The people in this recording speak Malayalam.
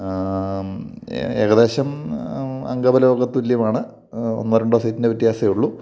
ഏകദേശം അംഗബലമൊക്കെ തുല്യമാണ് ഒന്നോ രണ്ടോ സീറ്റിൻ്റെ വ്യത്യാസമേ ഉള്ളൂ